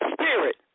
spirit